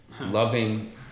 Loving